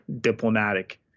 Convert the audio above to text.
diplomatic